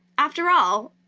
after all,